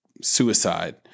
suicide